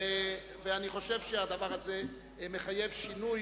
אני חושב שהדבר הזה מחייב שינוי